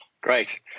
Great